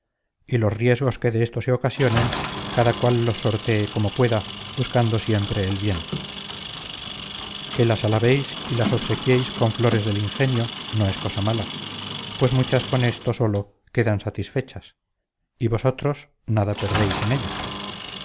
y los riesgos que de esto se ocasionen cada cual los sortee como pueda buscando siempre el bien que las alabéis y las obsequiéis con flores del ingenio no es cosa mala pues muchas con esto sólo quedan satisfechas y vosotros nada perdéis en ello